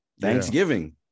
Thanksgiving